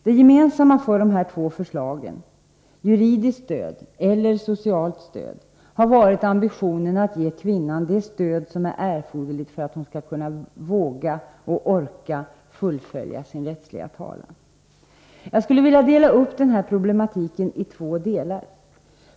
Det gemensamma för de här två förslagen, om juridiskt stöd eller om socialt stöd, har varit ambitionen att ge kvinnan det stöd som är erforderligt för att hon skall våga och orka fullfölja sin rättsliga talan. Jag skulle vilja dela upp den här problematiken i två delar.